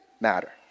matter